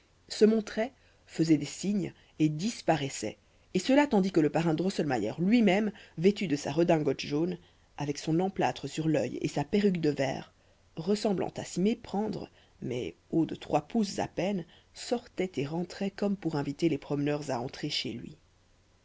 se montrait faisait des signes et disparaissait et cela tandis que le parrain drosselmayer lui-même vêtu de sa redingote jaune avec son emplâtre sur l'œil et sa perruque de verre ressemblant à s'y méprendre mais haut de trois pouces à peine sortait et rentrait comme pour inviter les promeneurs à entrer chez lui